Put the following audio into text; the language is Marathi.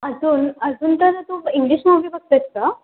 अजून अजून तर तू इंग्लिश मूव्ही बघतेस का